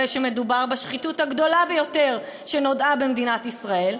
הרי שמדובר בשחיתות הגדולה ביותר שנודעה במדינת ישראל,